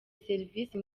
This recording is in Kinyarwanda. serivisi